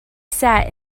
sat